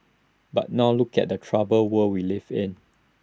but now look at the troubled world we live in